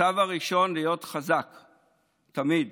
הצו הראשון: להיות חזק תמיד,